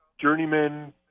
journeyman